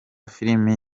film